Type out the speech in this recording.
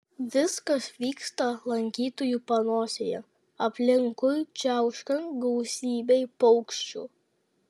viskas vyksta lankytojų panosėje aplinkui čiauškant gausybei paukščių